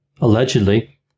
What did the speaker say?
Allegedly